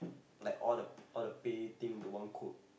like all the all the pay thing into one code